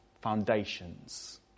foundations